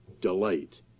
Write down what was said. delight